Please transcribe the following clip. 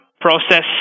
process